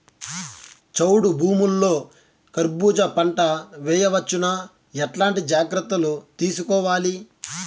చౌడు భూముల్లో కర్బూజ పంట వేయవచ్చు నా? ఎట్లాంటి జాగ్రత్తలు తీసుకోవాలి?